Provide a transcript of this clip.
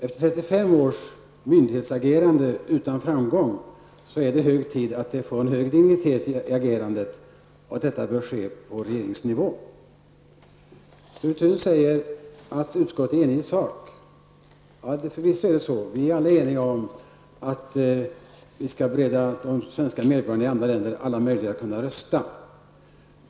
Efter 35 års myndighetsagerande utan framgång är det önskvärt att åstadkomma en högre dignitet i agerandet. Detta bör ske på regeringsnivå. Sture Thun sade att utskottet är enigt i sak. Förvisso är det så. Vi är eniga om att vi skall bereda svenska medborgare i andra länder alla möjligheter att kunna rösta.